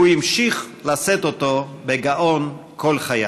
והוא המשיך לשאת אותו בגאון כל חייו.